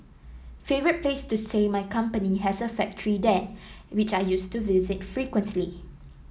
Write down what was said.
favourite place to stay my company has a factory there which I used to visit frequently